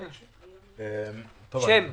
בבקשה.